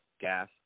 gas